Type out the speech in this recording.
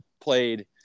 played